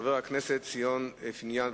חבר הכנסת ציון פיניאן,